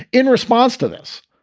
in response to this.